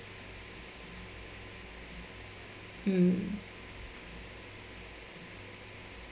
mm